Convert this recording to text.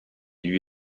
lui